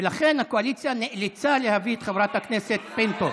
ולכן הקואליציה נאלצה להביא את חברת הכנסת פינטו.